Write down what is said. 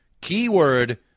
keyword